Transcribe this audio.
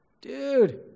dude